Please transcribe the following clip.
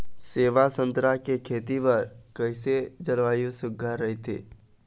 सेवा संतरा के खेती बर कइसे जलवायु सुघ्घर राईथे?